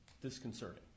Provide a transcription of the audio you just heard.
disconcerting